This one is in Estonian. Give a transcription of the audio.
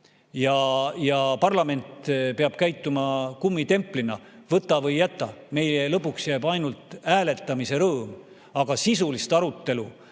Ja parlament peab käituma kummitemplina, võta või jäta. Meile lõpuks jääb ainult hääletamise rõõm, aga sisulist arutelu